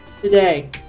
Today